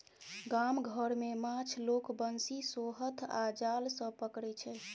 गाम घर मे माछ लोक बंशी, सोहथ आ जाल सँ पकरै छै